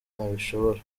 nabishobora